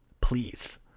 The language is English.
Please